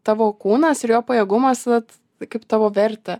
tavo kūnas ir jo pajėgumas vat kaip tavo vertę